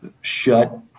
shut